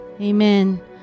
Amen